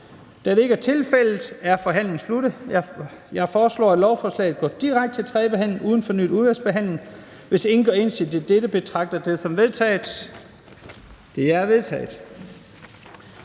Da det ikke er tilfældet, er forhandlingen sluttet. Jeg foreslår, at lovforslaget går direkte til tredje behandling uden fornyet udvalgsbehandling. Hvis ingen gør indsigelse imod dette, betragter jeg det som vedtaget. Det er vedtaget.